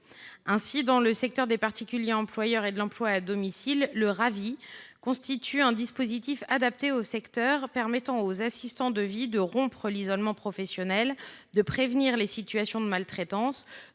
Ainsi, dans le secteur des particuliers employeurs et de l’emploi à domicile, les relais assistants de vie (RAVie) constituent un dispositif adapté au secteur, car ils permettent aux assistants de vie de rompre l’isolement professionnel, de prévenir les situations de maltraitance,